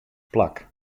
plak